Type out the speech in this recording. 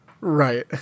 Right